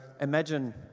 imagine